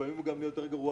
לפעמים המצב נהיה יותר גרוע,